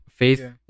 Faith